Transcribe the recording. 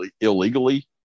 illegally